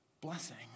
blessing